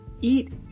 Eat